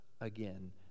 again